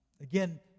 Again